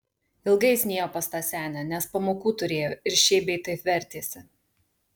ilgai jis nėjo pas tą senę nes pamokų turėjo ir šiaip bei taip vertėsi